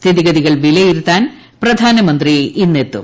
സ്ഥിതിഗതികൾ വില്യിരുത്താൻ പ്രധാനമന്ത്രി ഇന്നെത്തും